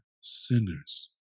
sinners